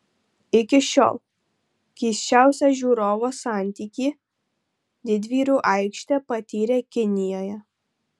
iki šiol keisčiausią žiūrovo santykį didvyrių aikštė patyrė kinijoje